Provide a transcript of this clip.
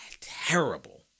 terrible